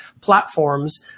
platforms